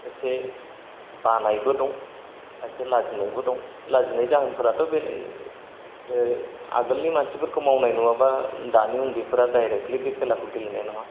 एसे बानायबो दं खायसे लाजिनायबो दं लाजिनाय जाहोनफोराथ' बेनो ओ आगोलनि मानसिफोरखौ मावनाय नुवाबा दानि उन्दैफोरा डाइरेकलि बे खेलाखौ गेलेनाय नङा